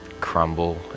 crumble